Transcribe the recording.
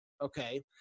okay